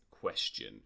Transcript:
question